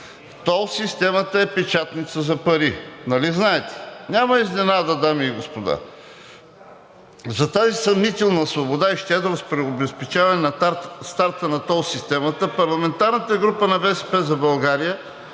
Тол системата е печатница за пари, нали знаете? Няма изненада, дами и господа. За тази съмнителна свобода и щедрост при обезпечаване на старта на тол системата от парламентарната група на „БСП за България“